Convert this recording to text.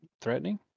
threatening